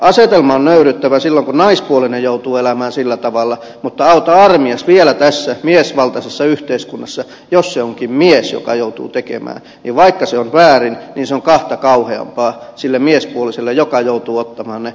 asetelma on nöyryyttävä silloin kun naispuolinen joutuu elämään sillä tavalla mutta auta armias vielä tässä miesvaltaisessa yhteiskunnassa jos se onkin mies joka joutuu niin tekemään niin vaikka se on väärin niin se on kahta kauheampaa sille miespuoliselle joka joutuu ottamaan ne armopalat vastaan